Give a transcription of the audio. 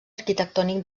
arquitectònic